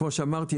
כמו שאמרתי,